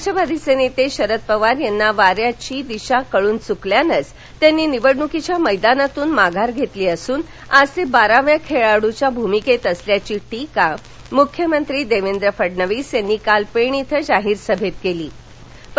राष्ट्रवादीचे नेते शरद पवार यांना वाऱ्याची दिशा कळून चुकल्यानेच त्यांनी निवडणुकीच्या मद्रमातून माघार घेतली असून आज ते बाराव्या खेळाडूच्या भूमिकेत असल्याची टीका मुख्यमंत्री देवेंद्र फडणवीस यांनी काल पेण इथं जाहीर सभेत बोलताना केली